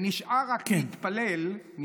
נשאר רק להתפלל, כן.